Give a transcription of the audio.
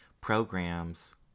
programs